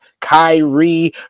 Kyrie